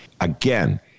Again